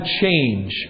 change